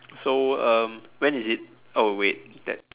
so um when is it oh wait that